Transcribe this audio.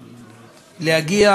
אפשר להגיע,